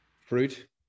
Fruit